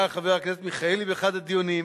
גם לחבר הכנסת מיכאלי באחד הדיונים,